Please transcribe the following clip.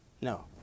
No